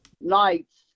nights